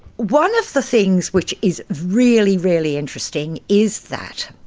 one of the things which is really, really interesting is that